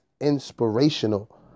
inspirational